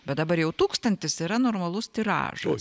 bet dabar jau tūkstantis yra normalus tiražas